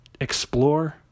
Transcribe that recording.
explore